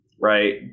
right